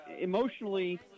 emotionally